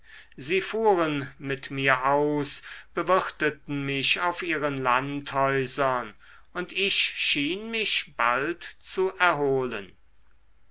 sie fuhren mit mir aus bewirteten mich auf ihren landhäusern und ich schien mich bald zu erholen